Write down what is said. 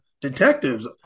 detectives